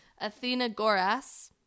Athenagoras